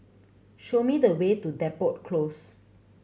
show me the way to Depot Close